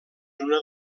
una